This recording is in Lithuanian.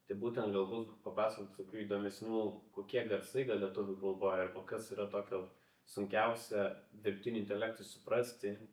tai būtent galbūt papasakok tokių įdomesnių kokie garsai gal lietuvių kalboj arba kas yra tokio sunkiausia dirbtiniui intelektui suprasti